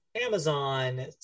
Amazon